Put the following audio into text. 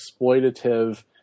exploitative